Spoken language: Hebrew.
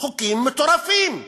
חוקים מטורפים.